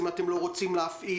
אם אתם לא רוצים להפעיל,